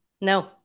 No